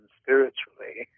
spiritually